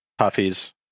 puffies